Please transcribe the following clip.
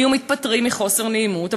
היו מתפטרים מחוסר נעימות.